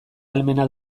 ahalmena